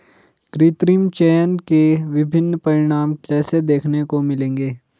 कृत्रिम चयन के विभिन्न परिणाम कैसे देखने को मिलेंगे?